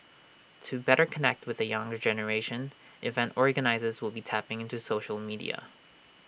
to better connect with the younger generation event organisers will be tapping into social media